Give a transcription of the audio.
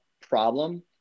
problem